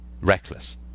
reckless